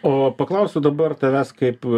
o paklausiu dabar tavęs kaip